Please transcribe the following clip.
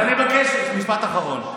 משפט אחרון.